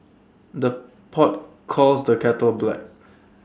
the pot calls the kettle black